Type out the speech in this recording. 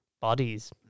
bodies